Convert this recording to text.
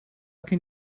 can